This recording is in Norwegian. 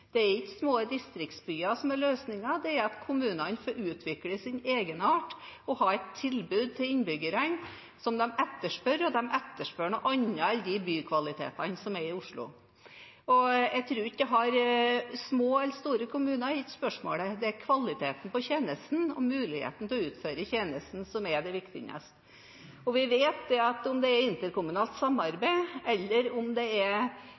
Det er ikke små distriktsbyer som er løsningen, det er at kommunene får utvikle sin egenart og ha det tilbudet som innbyggerne etterspør. Og de etterspør noe annet enn bykvalitetene som er i Oslo. Små eller store kommuner er ikke spørsmålet, det er kvaliteten på tjenestene og muligheten til å utføre tjenestene som er det viktigste. Vi vet at om det er interkommunalt samarbeid eller om det er